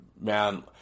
man